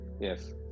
yes